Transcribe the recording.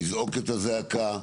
לזעוק את הזעקה,